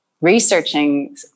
researching